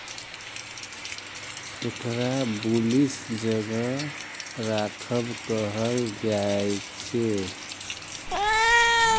एकरा बुलिश जगह राखब कहल जायछे